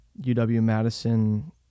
UW-Madison